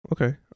Okay